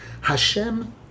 Hashem